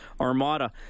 Armada